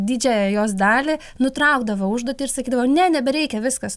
didžiąją jos dalį nutraukdavo užduotį ir sakydavo ne nebereikia viskas